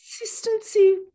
consistency